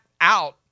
out